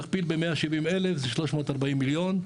תכפיל ב-170,000 זה 340 מיליון.